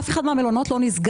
אף אחד מהמלונות לא נסגר.